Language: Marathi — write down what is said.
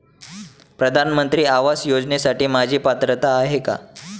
प्रधानमंत्री आवास योजनेसाठी माझी पात्रता आहे का?